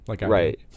Right